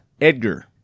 Edgar